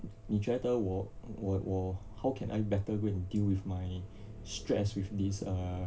你觉得我我我 how can I better go and deal with my stress with these err